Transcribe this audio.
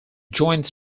joins